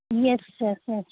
yes sir yes